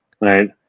Right